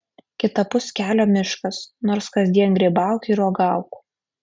kitapus kelio miškas nors kasdien grybauk ir uogauk